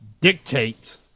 dictate